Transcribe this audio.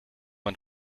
man